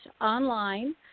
online